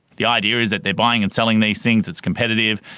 the idea is that they're buying and selling these things, it's competitive.